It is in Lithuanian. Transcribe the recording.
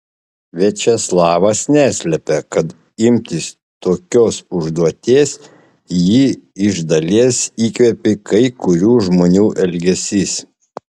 viačeslavas neslepia kad imtis tokios užduoties jį iš dalies įkvėpė kai kurių žmonių elgesys